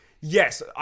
Yes